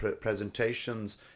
presentations